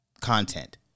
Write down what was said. content